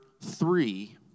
three